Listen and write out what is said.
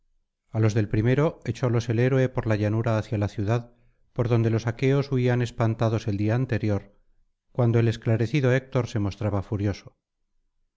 a los del primero echólos el héroe por la llanura hacia la ciudad por donde los aqueos huían espantados el día anterior cuando el esclarecido héctor se mostraba furioso